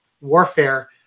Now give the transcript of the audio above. warfare